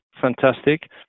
fantastic